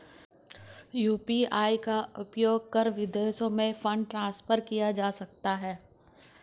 UPI का उपयोग करके विदेशों में फंड ट्रांसफर किया जा सकता है?